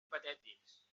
patètics